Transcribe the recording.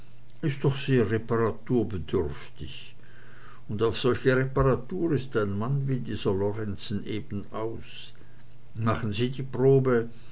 ist doch sehr reparaturbedürftig und auf solche reparatur ist ein mann wie dieser lorenzen eben aus machen sie die probe